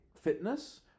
fitness